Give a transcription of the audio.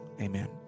Amen